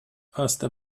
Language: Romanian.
asta